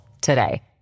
today